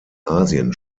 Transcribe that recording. asien